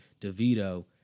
DeVito